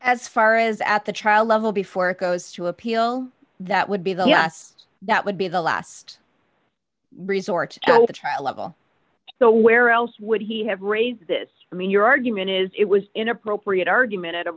as far as at the trial level before it goes to appeal that would be the yes that would be the last resort to the trial level so where else would he have raised this i mean your argument is it was inappropriate argument at